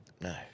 No